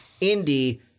Indy